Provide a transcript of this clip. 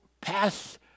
pass